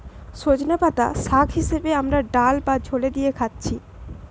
সজনের পাতা শাগ হিসাবে আমরা ডাল বা ঝোলে দিয়ে খাচ্ছি